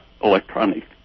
electronic